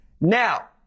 Now